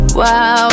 wow